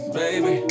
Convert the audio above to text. baby